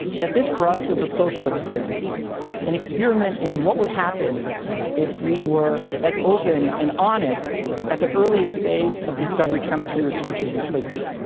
this, for us, was a social experiment an experiment in what would happen if we were as open and honest at the earliest phase of discovery chemistry research as we could be?